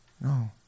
No